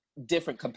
different